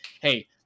hey